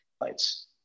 lights